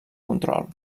control